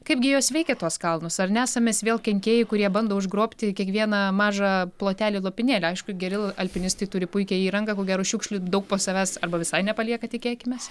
kaipgi jos veikia tuos kalnus ar nesam mes vėl kenkėjai kurie bando užgrobti kiekvieną mažą plotelį lopinėlį aišku geri alpinistai turi puikią įrangą ko gero šiukšlių daug po savęs arba visai nepalieka tikėkimės